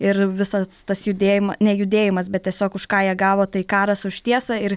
ir visas tas judėjim ne judėjimas bet tiesiog už ką jie gavo tai karas už tiesą ir